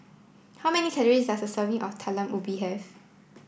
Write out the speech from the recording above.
how many calories does a serving of Talam Ubi have